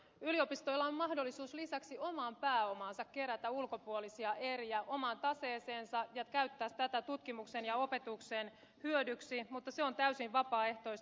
yliopistoilla on mahdollisuus lisäksi omaan pääomaansa kerätä ulkopuolisia eriä omaan taseeseensa ja käyttää tätä tutkimuksen ja opetuksen hyödyksi mutta se on täysin vapaaehtoista